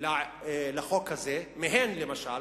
לחוק הזה, למשל,